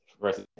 first